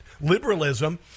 Liberalism